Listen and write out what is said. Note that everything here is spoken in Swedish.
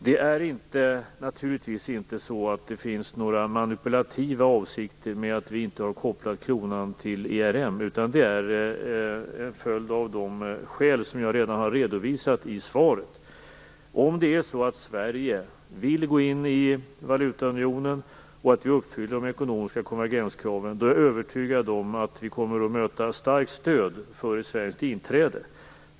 Det finns naturligtvis inte några manipulativa avsikter med att vi inte har kopplat kronan till ERM, utan det är en följd av de skäl som jag redan har redovisat i svaret. Om Sverige vill gå in i valutaunionen och vi uppfyller de ekonomiska konvergenskraven är jag övertygad om att vi kommer att möta starkt stöd för ett svenskt inträde.